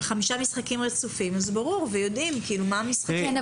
אז ברור ויודעים מה המשחקים.